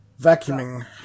Vacuuming